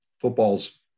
Football's